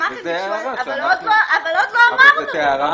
הגמ"חים ביקשו אבל עוד לא אמרתי.